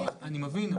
אני מבין,